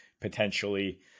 potentially